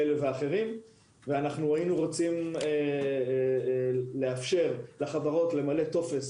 היינו רוצים לאפשר לחברות למלא טופס